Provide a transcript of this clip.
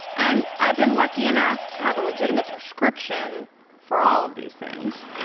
and i've been lucky enough to have a legitimate prescription for all of these things.